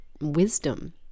wisdom